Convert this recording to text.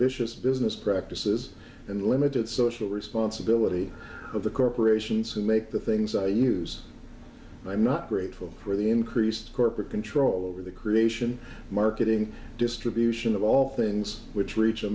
vicious business practices and limited social responsibility of the corporations who make the things i use i'm not grateful for the increased corporate control over the creation marketing distribution of all things which reach a